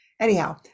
Anyhow